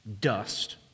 dust